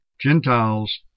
Gentiles